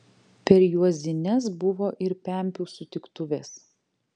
per juozines buvo ir pempių sutiktuvės